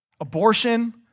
Abortion